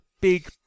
big